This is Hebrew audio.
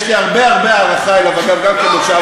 יש לי הרבה הרבה הערכה אליו, גם כמושבניק.